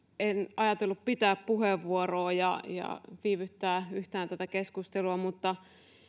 en ajatellut pitää puheenvuoroa ja ja viivyttää yhtään tätä keskustelua mutta